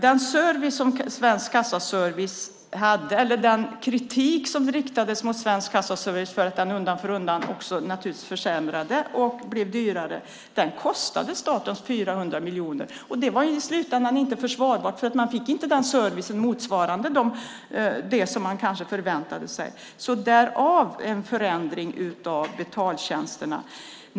Det riktades kritik mot att servicen från Svensk Kassaservice undan för undan försämrades och blev dyrare. Den kostade staten 400 miljoner. Det var i slutändan inte försvarbart, för man fick inte en service som motsvarade den som man kanske förväntade sig. Därför gjordes en förändring av betaltjänsterna.